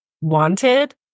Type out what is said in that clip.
wanted